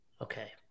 okay